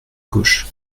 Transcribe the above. gauche